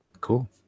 Cool